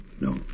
No